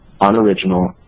unoriginal